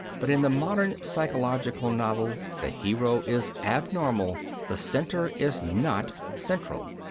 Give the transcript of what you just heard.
but in the modern psychological novel the hero is abnormal the centre is not central.